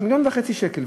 מיליון וחצי שקל,